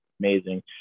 amazing